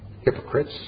Hypocrites